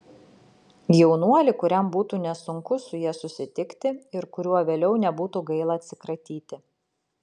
jaunuolį kuriam būtų nesunku su ja susitikti ir kuriuo vėliau nebūtų gaila atsikratyti